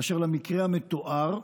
באשר למקרה המתואר,